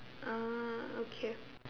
ah okay